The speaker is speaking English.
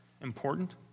important